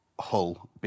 Hull